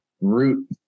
root